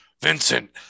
Vincent